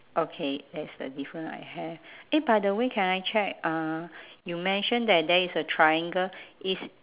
okay that's a difference I have eh by the way can I check uh you mention that there is a triangle is